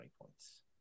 points